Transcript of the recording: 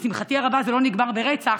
לשמחתי הרבה זה לא נגמר ברצח,